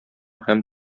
һәм